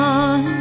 on